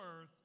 earth